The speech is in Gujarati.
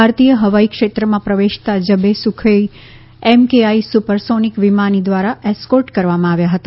ભારતીય હવાઈ ક્ષેત્રમાં પ્રવેશતા જબે સુખોઈ એમકેઆઈ સુપરસોનિક વિમાની દ્વારા એસ્કોર્ટકરવામાં આવ્યા હતા